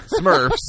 Smurfs